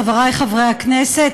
חברי חברי הכנסת,